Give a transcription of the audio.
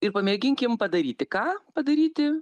ir pamėginkim padaryti ką padaryti